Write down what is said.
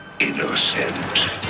Innocent